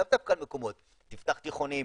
לאו דווקא על מקומות תפתח תיכונים,